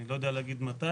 אני לא יודע להגיד מתי,